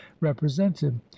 represented